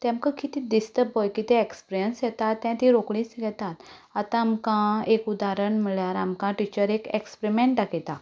तेमकां कितें दिसता पळय कितें एक्सपिरियंस येता तें तीं रोखडींच घेतात आतां आमकां एक उदाहरण म्हणल्यार आमकां टिचरी एक्सपिरिमॅंट दाखयता